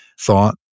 thought